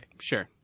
Sure